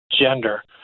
gender